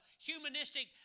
humanistic